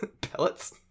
Pellets